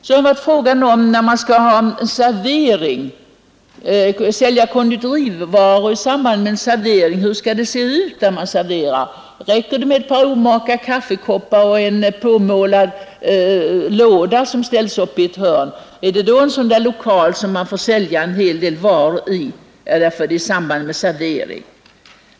Så har det varit fråga om hur det skall vara ordnat när man säljer konditorivaror i anslutning till en servering. Hur skall det se ut när man serverar? Räcker det med ett par omaka kaffekoppar och en påmålad låda som ställs i ett hörn — är det då en lokal där man får sälja en hel del varor i samband med servering?